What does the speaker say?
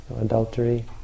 adultery